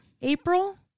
april